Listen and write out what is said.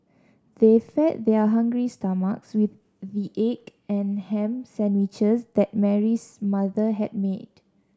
they fed their hungry stomachs with the egg and ham sandwiches that Mary's mother had made